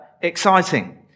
exciting